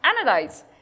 analyze